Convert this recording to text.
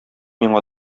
миңа